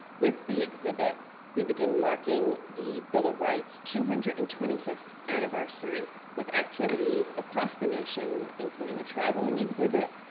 with the exhibit we begin marking the bill of rights two hundred and twenty fifth anniversary with activities across the nation including a traveling exhibit,